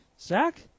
Zach